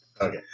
Okay